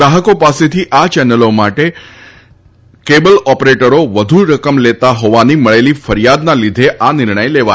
ગ્રાહકો પાસેથી આ ચેનલો માટે કેબલ ઓપરેટરો વધુ રકમ લેતા હોવાની મળેલી ફરિયાદના લીધે આ નિર્ણય લેવાયો છે